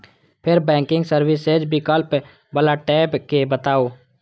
फेर banking services विकल्प बला टैब कें दबाउ